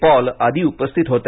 Paul आदी उपस्थित होते